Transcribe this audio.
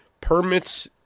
permits